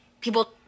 people